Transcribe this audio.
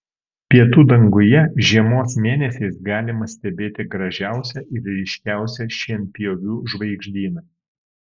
pietų danguje žiemos mėnesiais galima stebėti gražiausią ir ryškiausią šienpjovių žvaigždyną